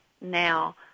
now